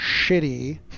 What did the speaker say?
shitty